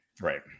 Right